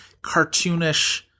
cartoonish